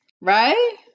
Right